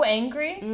angry